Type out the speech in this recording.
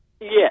yes